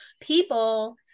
people